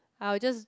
I will just